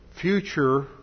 future